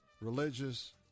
religious